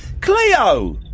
Cleo